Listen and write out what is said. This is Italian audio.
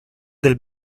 del